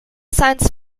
science